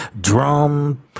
drum